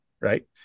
right